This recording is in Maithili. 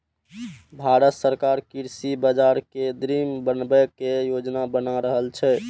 भांरत सरकार कृषि बाजार कें दृढ़ बनबै के योजना बना रहल छै